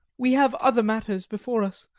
we have other matters before us,